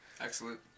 Excellent